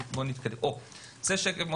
בשקף הבא